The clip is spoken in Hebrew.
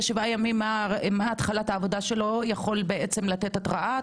שבעה ימים מתחילת העבודה שלו יכול בעצם לתת התראה,